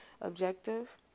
objective